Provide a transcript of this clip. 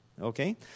okay